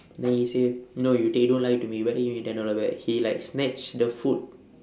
then he say no you take you don't lie to me you better give me ten dollar back he like snatch the food